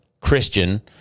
christian